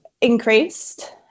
increased